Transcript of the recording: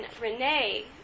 Renee